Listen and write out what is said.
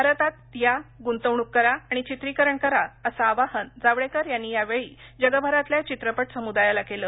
भारतात या गुंतवणूक करा आणि चित्रिकरण करा असं आवाहन जावडेकर यांनी यावेळी जगभरातल्या चित्रपट समुदायाला केलं